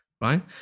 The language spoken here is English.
Right